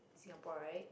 Singapore right